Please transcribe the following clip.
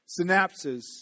synapses